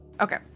Okay